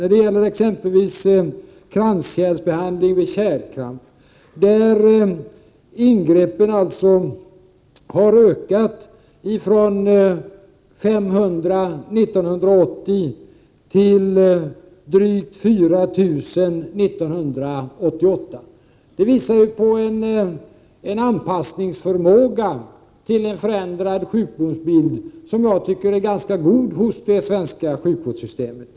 När det gäller kranskärlsbehandling vid kärlkramp har ingreppen ökat från 500 år 1980 till drygt 4 000 år 1988. Det visar, tycker jag, på en anpassningsförmåga till en förändrad sjukvårdsbild som är ganska god hos det svenska sjukvårdssystemet.